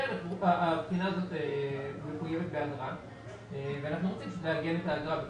הבחינה הזאת מחויבת באגרה ואנחנו רוצים לעגן את האגרה בתקנות.